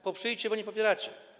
Poprzyjcie, bo nie popieracie.